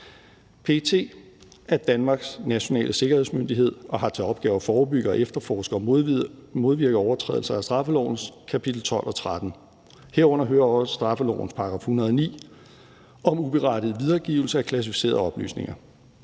PET er Danmarks nationale sikkerhedsmyndighed og har til opgave at forebygge og efterforske og modvirke overtrædelser af straffelovens kapitel 12 og 13, herunder hører også straffelovens § 109 om uberettiget videregivelse af klassificerede oplysninger.